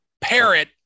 Parrot